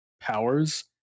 powers